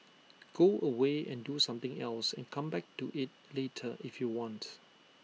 go away and do something else and come back to IT later if you want